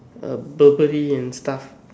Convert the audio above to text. uh verbally and stuff